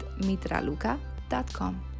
mitraluka.com